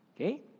Okay